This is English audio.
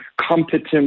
competent